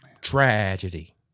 tragedy